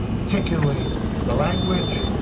particularly the language,